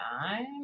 time